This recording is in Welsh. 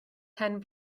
pen